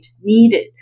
needed